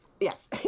Yes